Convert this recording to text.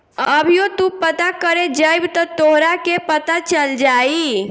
अभीओ तू पता करे जइब त तोहरा के पता चल जाई